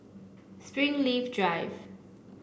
Springleaf Drive